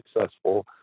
successful